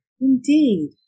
Indeed